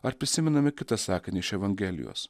ar prisimename kitą sakinį iš evangelijos